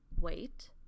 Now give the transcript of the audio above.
Wait